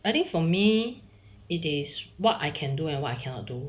I think for me it is what I can do and what I cannot do